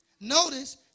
Notice